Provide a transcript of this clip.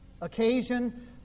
occasion